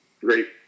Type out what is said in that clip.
Great